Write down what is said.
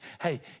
Hey